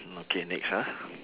mm okay next ah